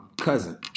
cousin